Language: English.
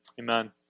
Amen